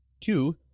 two